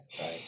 right